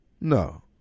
no